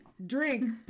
drink